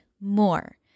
more